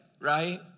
right